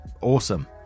Awesome